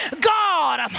god